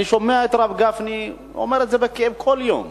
אני שומע את הרב גפני אומר את זה בכאב כל יום,